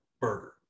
burger